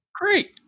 Great